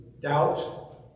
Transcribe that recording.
doubt